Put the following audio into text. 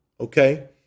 okay